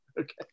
Okay